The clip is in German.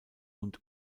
und